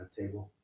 table